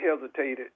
hesitated